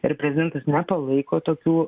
ir prezidentas nepalaiko tokių